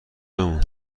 بمون